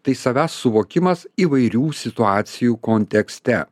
tai savęs suvokimas įvairių situacijų kontekste